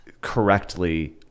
correctly